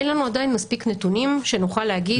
אין לנו עדיין מספיק נתונים שנוכל להגיד.